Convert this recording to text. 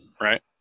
right